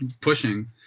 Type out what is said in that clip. pushing